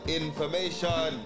information